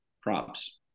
props